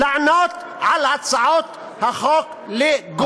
לענות על הצעות החוק לגופן.